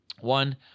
One